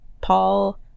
Paul